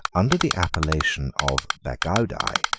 under the appellation of bagaudae,